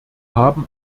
haben